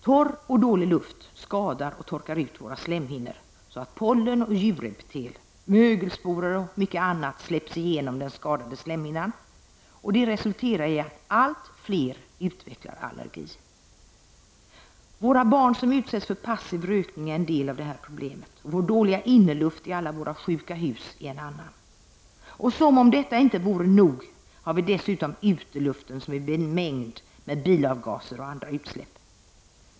Torr och dålig luft skadar och torkar ut våra slemhinnor, så att pollen, djurepitel, mögelsporer och mycket annat släpps igenom den skadade slemhinnan, och det resulterar i att allt fler utvecklar allergi. Våra barn som utsätts för passiv rökning är en del av detta problem, vår dåliga inneluft i alla våra sjuka hus är en annan. Som om detta inte vore nog har vi dessutom uteluften som är bemängd med bilavgaser och andra utsläpp.